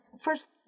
first